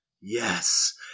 yes